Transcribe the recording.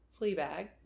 Fleabag